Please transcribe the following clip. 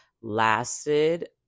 lasted